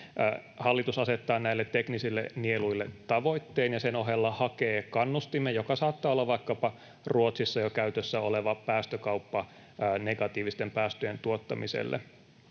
Hallitus asettaa näille teknisille nieluille tavoitteen ja sen ohella hakee kannustimen, joka saattaa olla vaikkapa Ruotsissa jo käytössä oleva päästökauppa negatiivisten päästöjen tuottamiselle